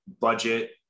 budget